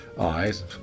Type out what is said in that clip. eyes